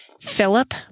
Philip